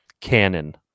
canon